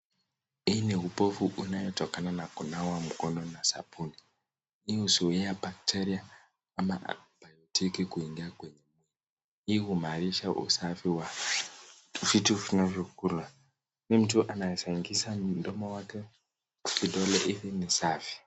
Hii ni ubovu unaotokana na kunawa mkono na sabuni, hii huzuia bakteria ama biotiki kuingia kwenye mwili, hii umanisha usafi wa vitu vinavyokulwa, mtu anaweza ingiza mdomo wake vidole hivi ni safi.